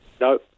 No